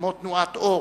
כמו תנועת "אור",